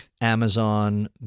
Amazon